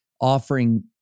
offering